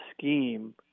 scheme